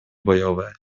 bojowe